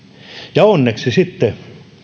onneksi sitten